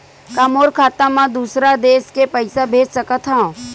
का मोर खाता म दूसरा देश ले पईसा भेज सकथव?